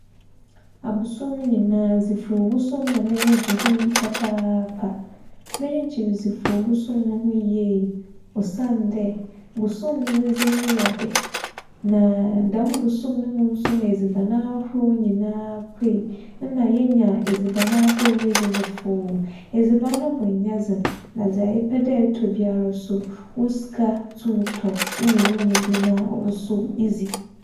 Abosoom nyinaa dzifuu bosoom na m'enyi gye ho yie papaapa. M'enyi gye dzifuu bosoom no ho yie osiandɛ bosoom no ne dzin no yɛ dɛ naa dɛm bosom no mu so na edziban ahrow nyinaa puei mma yenya edziban ahorow yedzi no foo. Edziban no bo nnyɛ dzen na dza epɛ dɛ etͻ biara so wo sika tum tͻ ma inya bi na woso idzi.